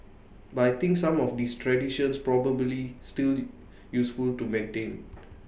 but I think some of these traditions probably still useful to maintain